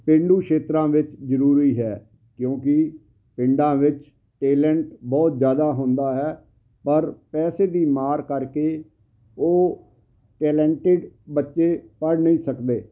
ਪੇਂਡੂ ਸ਼ੇਤਰਾਂ ਵਿੱਚ ਜ਼ਰੂਰੀ ਹੈ ਕਿਉਂਕਿ ਪਿੰਡਾਂ ਵਿੱਚ ਟੈਲੈਂਟ ਬਹੁਤ ਜ਼ਿਆਦਾ ਹੁੰਦਾ ਹੈ ਪਰ ਪੈਸੇ ਦੀ ਮਾਰ ਕਰਕੇ ਉਹ ਟੈਲੈਂਟਡ ਬੱਚੇ ਪੜ੍ਹ ਨਹੀਂ ਸਕਦੇ